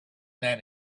then